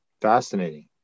Fascinating